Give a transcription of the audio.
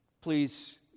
please